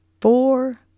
four